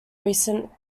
recent